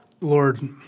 Lord